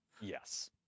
Yes